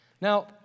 Now